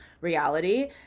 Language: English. reality